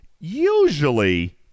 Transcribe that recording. Usually